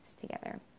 together